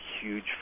huge